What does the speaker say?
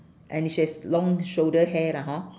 and she has long shoulder hair lah hor